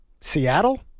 Seattle